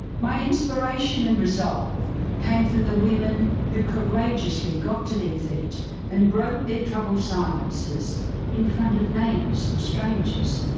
my inspiration and resolve came from the women who courageously got to their feet and broke their troubled silences in front of neighbours and strangers,